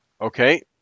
Okay